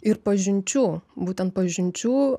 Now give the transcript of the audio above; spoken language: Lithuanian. ir pažinčių būtent pažinčių